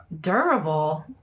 durable